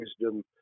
wisdom